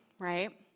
Right